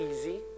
easy